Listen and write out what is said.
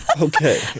Okay